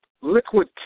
liquid